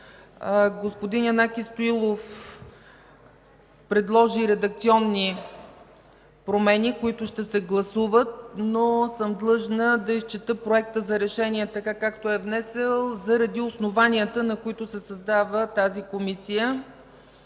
Господин Янаки Стоилов предложи редакционни промени, които ще се гласуват, но съм длъжна да изчета Проекта за решение, така както е внесен, заради основанията, на които се създава тази Комисия.